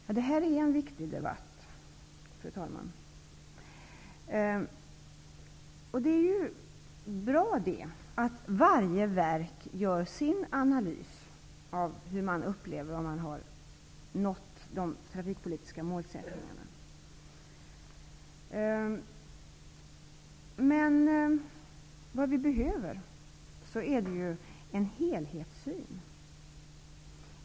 Fru talman! Detta är en viktig debatt. Det är bra att varje verk gör sin analys av hur verket har nått de trafikpolitiska målsättningarna. Men vad vi behöver är en helhetssyn.